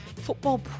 Football